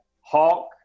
hawk